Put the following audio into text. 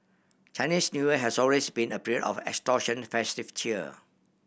Chinese New Year has always been a period of extortion festive cheer